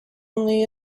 only